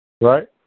Right